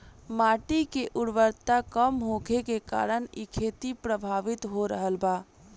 माटी के उर्वरता कम होखला के कारण इ खेती प्रभावित हो रहल बा